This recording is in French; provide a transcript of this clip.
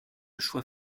choix